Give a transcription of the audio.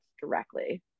directly